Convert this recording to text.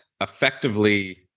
effectively